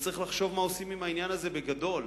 וצריך לחשוב מה עושים עם העניין הזה בגדול,